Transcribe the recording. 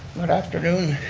good afternoon